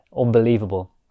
unbelievable